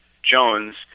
jones